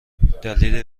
دلیلی